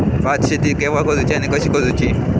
भात शेती केवा करूची आणि कशी करुची?